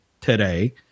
today